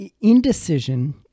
indecision